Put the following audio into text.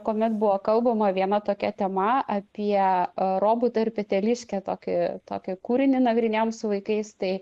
kuomet buvo kalbama viena tokia tema apie robutą ir peteliškę tokį tokį kūrinį nagrinėjom su vaikais tai